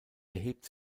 erhebt